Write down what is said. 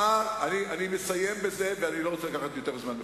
למה אנחנו זקוקים לתקציב לשנה וחצי?